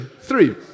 Three